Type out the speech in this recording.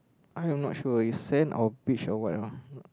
I am not sure it's sand or beach or whatever